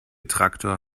traktor